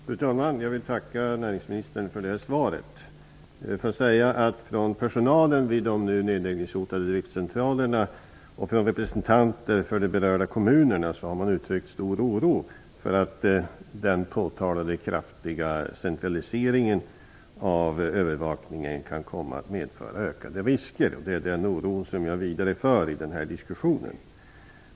Fru talman! Jag vill tacka näringsministern för svaret. Personalen vid de nu nedläggningshotade driftcentralerna och representanter för de berörda kommunerna har uttryckt stor oro för att den påtalade kraftiga centraliseringen av övervakningen kan komma att medföra ökade risker. Det är en oro som jag vidarebefordrar i den här diskussionen.